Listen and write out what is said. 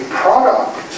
product